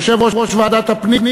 יושב-ראש ועדת הפנים,